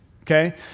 okay